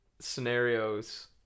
scenarios